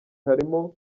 harimo